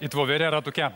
it voverė ratuke